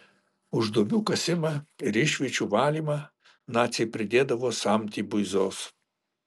už duobių kasimą ir išviečių valymą naciai pridėdavo samtį buizos